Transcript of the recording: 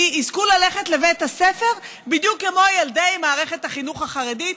יזכו ללכת לבית הספר בדיוק כמו ילדי מערכת החינוך החרדית.